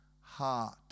heart